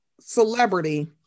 celebrity